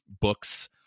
books